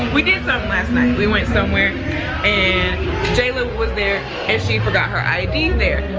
we did something last night. we went somewhere and jaelah was there and she forgot her id there.